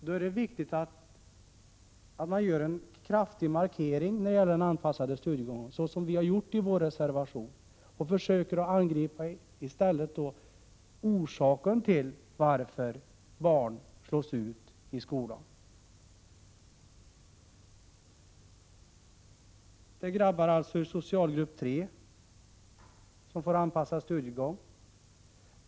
Då är det viktigt att göra en kraftig markering, så som vi har gjort i vår reservation, och i stället försöka angripa orsaken till att barn slås ut i skolan. 91 Det är alltså grabbar ur socialgrupp 3 som får anpassad studiegång.